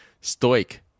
stoic